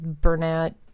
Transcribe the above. Burnett